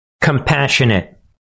compassionate